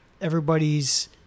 everybody's